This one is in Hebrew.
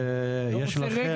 בבקשה,